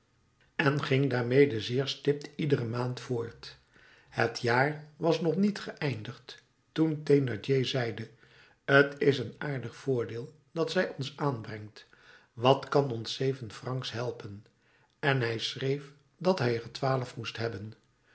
en ging daarmede zeer stipt iedere maand voort het jaar was nog niet geëindigd toen thénardier zeide t is een aardig voordeel dat zij ons aanbrengt wat kan ons zeven francs helpen en hij schreef dat hij er twaalf moest hebben